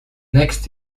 next